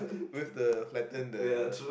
with the flatten the